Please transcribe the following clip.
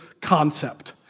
concept